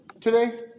today